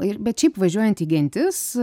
ir bet šiaip važiuojant į gentis